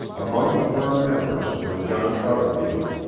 among the firm members were john butterfield,